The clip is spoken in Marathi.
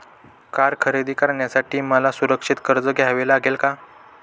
कार खरेदी करण्यासाठी मला सुरक्षित कर्ज घ्यावे लागेल का?